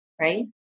right